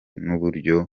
n’uburyo